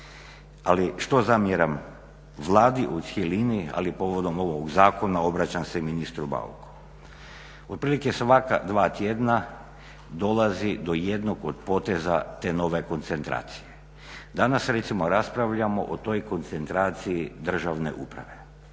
Ali što zamjeram Vladi u cjelini ali povodom ovog zakona obraćam se ministru Bauku? Otprilike svaka dva tjedna dolazi do jednog od poteza te nove koncentracije. Danas recimo raspravljamo o toj koncentraciji državne uprave